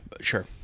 sure